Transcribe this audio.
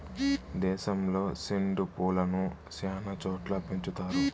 దేశంలో సెండు పూలను శ్యానా చోట్ల పెంచుతారు